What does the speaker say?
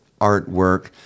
artwork